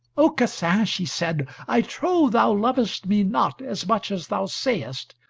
aucassin, she said, i trow thou lovest me not as much as thou sayest,